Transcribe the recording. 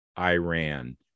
Iran